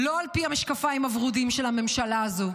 לא על פי המשקפיים הוורודים של הממשלה הזו.